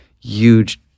huge